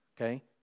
Okay